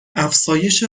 افزایش